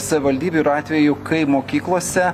savivaldybių yra atvejų kai mokyklose